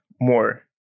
more